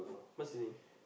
what's his name